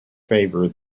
favor